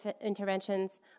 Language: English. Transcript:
interventions